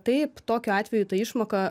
taip tokiu atveju ta išmoka